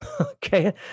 Okay